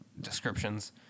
descriptions